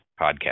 Podcast